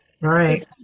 right